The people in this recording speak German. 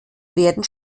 werden